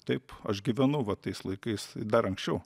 taip aš gyvenau va tais laikais dar anksčiau